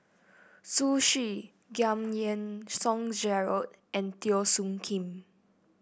Zhu Xu Giam Yean Song Gerald and Teo Soon Kim